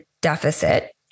deficit